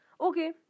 okay